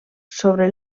sobre